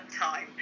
time